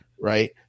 Right